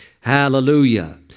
Hallelujah